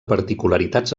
particularitats